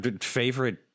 favorite